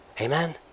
Amen